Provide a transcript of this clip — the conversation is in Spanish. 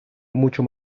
mucho